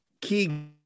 key